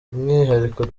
by’umwihariko